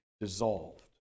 dissolved